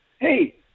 Hey